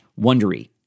wondery